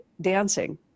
dancing